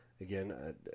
Again